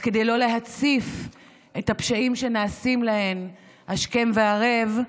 אז כדי לא להציף את הפשעים שנעשים להן השכם והערב,